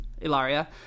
Ilaria